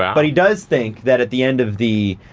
um but he does think that at the end of the,